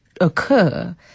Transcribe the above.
Occur